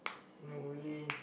normally